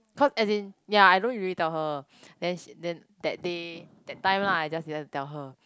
cause as in ya I know you already tell her then then that day that time lah I just decided to tell her